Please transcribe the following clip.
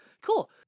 Cool